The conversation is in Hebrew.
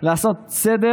לעשות סדר